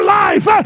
life